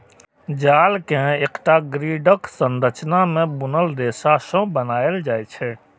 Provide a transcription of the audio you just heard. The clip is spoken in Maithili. जाल कें एकटा ग्रिडक संरचना मे बुनल रेशा सं बनाएल जाइ छै